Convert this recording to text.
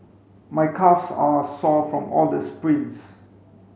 my calves are sore from all the sprints